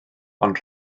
ond